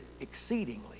exceedingly